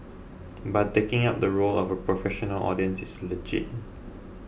but taking up the role of a professional audience is legit